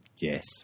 Yes